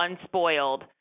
unspoiled